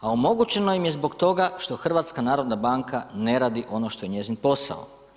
A omogućeno im je zbog toga što HNB ne radi ono što je njezin posao.